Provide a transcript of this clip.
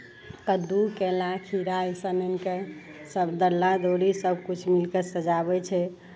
कद्दू केला खीरा ईसभ आनि कऽ सभ डाला दौरी सभकिछु मिलि कऽ सजाबै छै